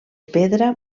pedra